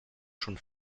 schon